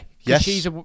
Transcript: Yes